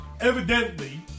evidently